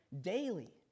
daily